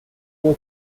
four